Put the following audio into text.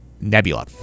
Nebula